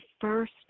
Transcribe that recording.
first